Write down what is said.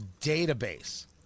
database